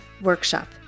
workshop